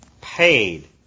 paid